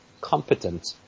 competent